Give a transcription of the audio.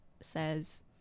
says